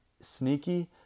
sneaky